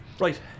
Right